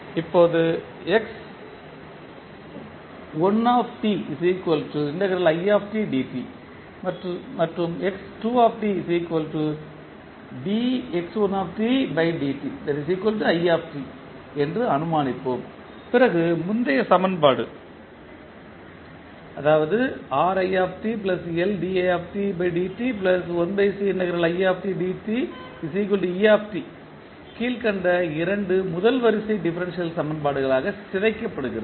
இப்போது மற்றும் என்று அனுமானிப்போம் பிறகு முந்திய சமன்பாடு அதாவது கீழ்க்கண்ட இரண்டு முதல் வரிசை டிபரன்ஷியல் சமன்பாடுகளாக சிதைக்கப்படுகிறது